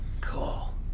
cool